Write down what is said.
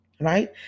right